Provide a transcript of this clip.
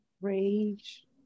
rage